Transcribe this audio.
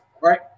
right